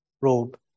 robe